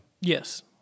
Yes